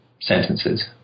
sentences